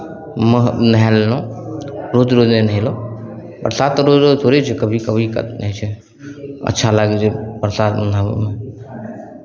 मह नहाय लेलहुँ बहुत रोज नहि नहयलहुँ बरसात तऽ रोज रोज थोड़े छै कभी कभी एकाध दिन होइ छै अच्छा लागै छै बरसातमे नहाबयमे